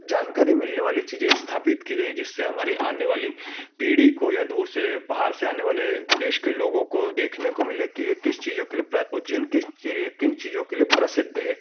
जानकारी मिलने वाली चीजें स्थापित की गई हैं जिससे हमारे आने वाली पीढ़ी को या दूर से बाहर से आने वाले देश के लोगों को देखने को मिले कि ये किस चीजों के लिए प उज्जैन किस किन चीजों के लिए प्रसिद्ध है